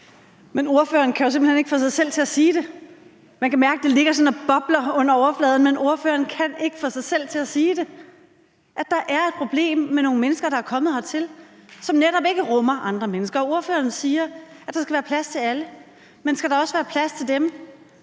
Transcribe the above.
Men ordføreren kan jo simpelt hen ikke få sig selv til at sige det. Man kan mærke, at det ligger sådan og bobler under overfladen, men ordføreren kan ikke få sig selv til at sige det, nemlig at der er et problem med nogle mennesker, der er kommet hertil, som netop ikke rummer andre mennesker. Ordføreren siger, at der skal være plads til alle, men skal der også være plads til dem,